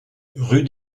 rue